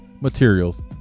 materials